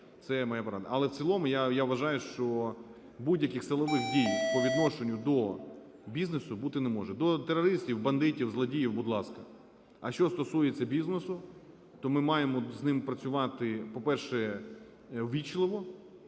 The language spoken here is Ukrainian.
Але в цілому я вважаю, що будь-яких силових дій по відношенню до бізнесу бути не може. До терористів, бандитів, злодіїв – будь ласка, а що стосується бізнесу, то ми маємо з ним працювати, по-перше, ввічливо,